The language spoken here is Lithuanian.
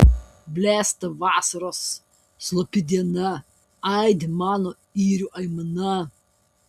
blėsta vasaros slopi diena aidi mano yrių aimana